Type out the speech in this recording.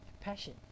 passion